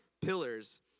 pillars